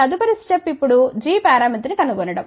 తదుపరి స్టెప్ ఇప్పుడు g పరామితి ని కనుగొనడం